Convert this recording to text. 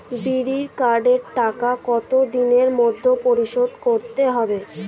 বিড়ির কার্ডের টাকা কত দিনের মধ্যে পরিশোধ করতে হবে?